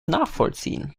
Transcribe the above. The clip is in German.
nachvollziehen